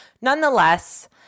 Nonetheless